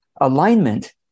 Alignment